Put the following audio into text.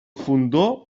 fondó